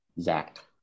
Zach